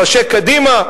ראשי קדימה?